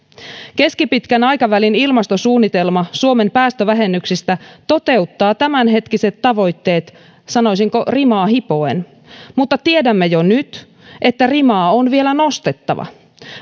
keskipitkän aikavälin ilmastosuunnitelma suomen päästövähennyksistä toteuttaa tämänhetkiset tavoitteet sanoisinko rimaa hipoen mutta tiedämme jo nyt että rimaa on vielä nostettava